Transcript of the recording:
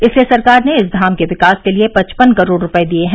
इसलिये सरकार ने इस धाम के विकास के लिये पचपन करोड़ रूपये दिये हैं